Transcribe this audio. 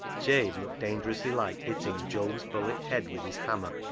jabe looked dangerously like hitting job's bullet head with his hammer,